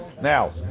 Now